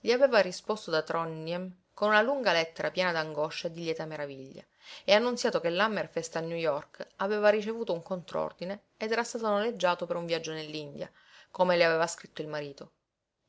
gli aveva risposto da trondhjem con una lunga lettera piena d'angoscia e di lieta meraviglia e annunziato che l'hammerfest a new york aveva ricevuto un contr'ordine ed era stato noleggiato per un viaggio nell'india come le aveva scritto il marito